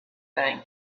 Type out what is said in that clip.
thing